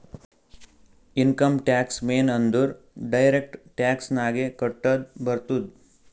income tax ಮೇನ್ ಅಂದುರ್ direct tax ನಾಗೆ ಕಟ್ಟದ್ ಬರ್ತುದ್